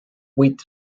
wheat